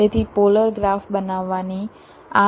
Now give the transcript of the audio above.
તેથી polar graph બનાવવાની આ પણ એક રીત છે